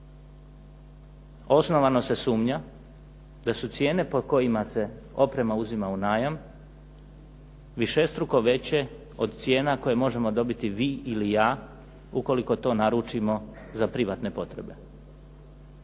Osnovano se sumnja da su cijene po kojima se oprema uzima u najam višestruko veće od cijena koje možemo dobiti vi ili ja ukoliko to naručimo za privatne potrebe.